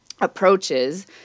approaches